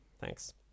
thanks